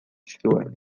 zituen